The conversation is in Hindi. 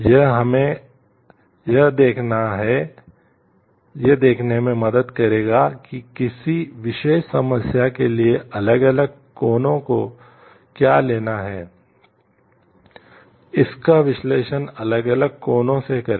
यह हमें यह देखने में मदद करेगा कि किसी विशेष समस्या के लिए अलग अलग कोणों को क्या लेना है इसका विश्लेषण अलग अलग कोणों से करें